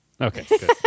Okay